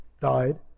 died